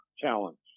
challenge